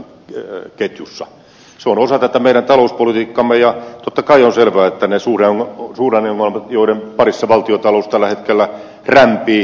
se on osa tätä meidän talouspolitiikkaamme ja totta kai on selvää että ne suhdanneongelmat joiden parissa valtiontalous tällä hetkellä rämpii näkyvät myöskin meidän aluepolitiikassamme